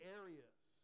areas